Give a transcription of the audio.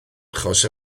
achos